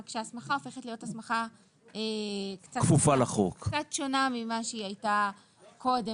אלא שההסמכה תהיה קצת שונה מכפי שהיא הייתה קודם